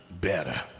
better